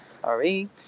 Sorry